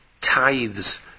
tithes